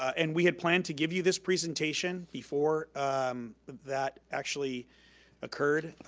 and we had planned to give you this presentation before that actually occurred.